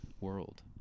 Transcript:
world